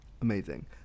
Amazing